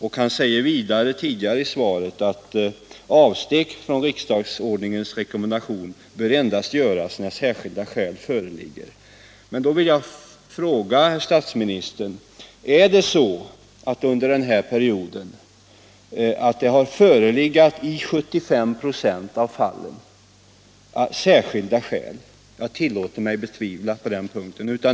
Mera i början av svaret säger han att avsteg från riksdagsordningens rekommendation bör göras endast när särskilda skäl föreligger. Jag vill då fråga statsministern: Har det i 75 96 av fallen förelegat särskilda skäl under den här perioden? Jag tillåter mig betvivla detta.